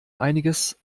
einiges